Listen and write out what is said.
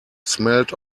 smelled